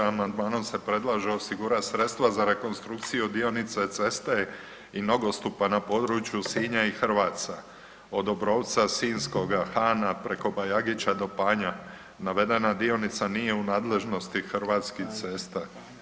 Amandman se predlaže osigurati sredstva za rekonstrukciju dionice ceste i nogostupa na području Sinja i Hrvaca od Obrovca Sinjskoga-Hana preko BAjagića do Panja, navedena dionica nije u nadležnosti Hrvatskih cesta.